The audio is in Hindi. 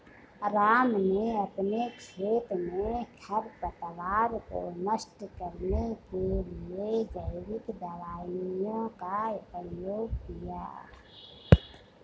राम ने अपने खेत में खरपतवार को नष्ट करने के लिए जैविक दवाइयों का प्रयोग किया